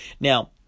Now